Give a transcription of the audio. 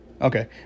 Okay